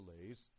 delays